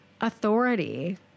authority